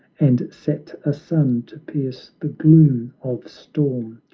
and set a sun to pierce the gloom of storm,